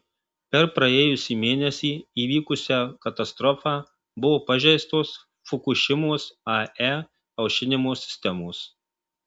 per praėjusį mėnesį įvykusią katastrofą buvo pažeistos fukušimos ae aušinimo sistemos